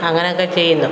അങ്ങനെയൊക്കെ ചെയ്യുന്നു